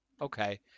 Okay